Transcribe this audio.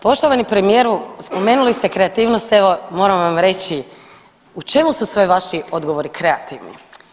Poštovani premijeru spomenuli ste kreativnost, evo moram vam reći u čemu su sve vaši odgovori kreativni.